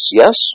yes